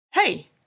Hey